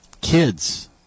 kids